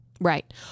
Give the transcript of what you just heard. Right